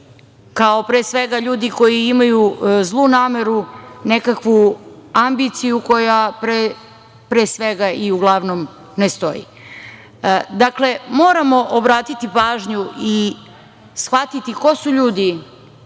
kao pre svega ljudi koji imaju zlu nameru, nekakvu ambiciju koja pre svega i uglavnom ne stoji. Dakle, moramo obratiti pažnju i shvatiti ko su ljudi